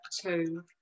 two